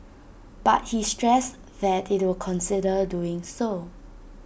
but he stressed that IT will consider doing so